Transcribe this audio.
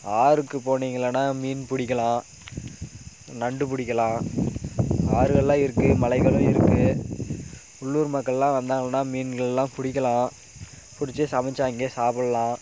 ஆறுக்கு போனீங்களானால் மீன் பிடிக்கலாம் நண்டு பிடிக்கலாம் ஆறுகளெலாம் இருக்குது மலைகளும் இருக்குது உள்ளூர் மக்களெலாம் வந்தாங்கன்னால் மீன்களெலாம் பிடிக்கலாம் பிடிச்சி சமைச்சு அங்கேயே சாப்பிட்லாம்